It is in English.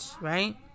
right